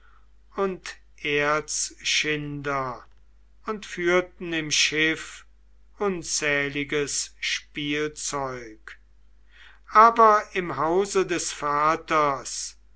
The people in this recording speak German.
und erzschinder und führten im schiff unzähliges spielzeug aber im hause des vaters